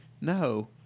No